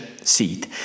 seat